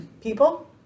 People